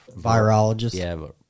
virologist